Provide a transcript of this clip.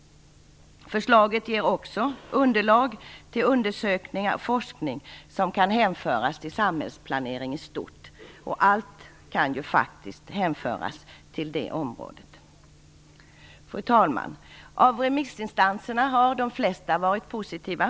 Förslaget ger också underlag till undersökningar och forskning som kan hänföras till samhällsplanering i stort, och allt kan ju faktiskt hänföras till det området. Fru talman! Av remissinstanserna har de flesta varit positiva.